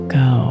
go